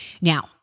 now